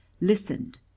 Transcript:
listened